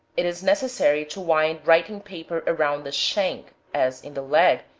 it is necessary to wind writing paper around the shank, as in the leg,